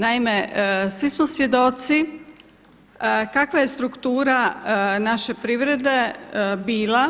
Naime, svi smo svjedoci kakva je struktura naše privrede bila